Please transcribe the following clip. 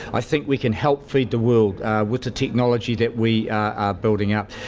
i think we can help feed the world with the technology that we are building up.